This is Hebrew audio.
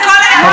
חברים,